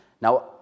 Now